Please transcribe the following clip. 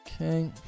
Okay